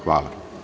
Hvala.